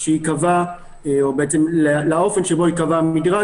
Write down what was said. הוא ייקבע על ידי הממשלה.